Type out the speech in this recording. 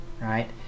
right